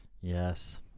Yes